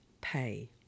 pay